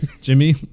Jimmy